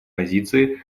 позиции